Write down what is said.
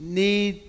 need